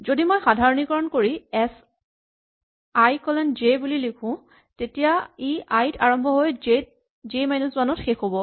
যদি মই সাধাৰণীকৰণ কৰি এচ আই কলন জে বুলি লিখো তেতিয়া ই আই ত আৰম্ভ হৈ জে মাইনাচ ৱান ত শেষ হ'ব